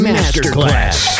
Masterclass